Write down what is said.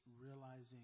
realizing